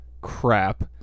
crap